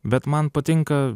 bet man patinka